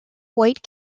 white